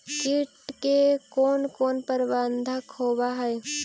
किट के कोन कोन प्रबंधक होब हइ?